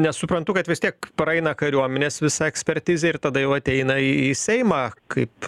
nesuprantu kad vis tiek praeina kariuomenės visa ekspertizė ir tada jau ateina į į seimą kaip